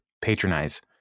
patronize